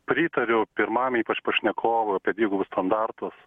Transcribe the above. pritariu pirmam ypač pašnekovui apie dvigubus standartus